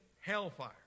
hellfire